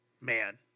Man